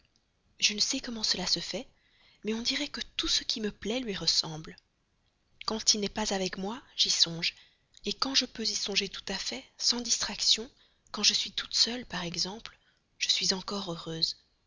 je ne sais comment cela se fait mais on dirait que tout ce qui me plaît lui ressemble quand il n'est pas avec moi j'y songe quand je peux y songer tout à fait sans distraction quand je suis toute seule par exemple je suis encore heureuse